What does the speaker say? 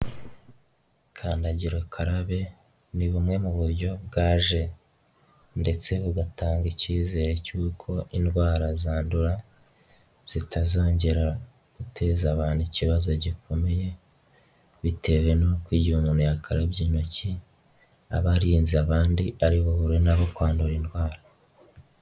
Kandagirakararabe, ni bumwe mu buryo bwaje ndetse bugatanga ikizere cy'uko indwara zandura, zitazongera guteza abantu ikibazo gikomeye, bitewe n'uko igihe umuntu yakarabye intoki, aba arinze abandi ari bahure nabo kwandura indwara.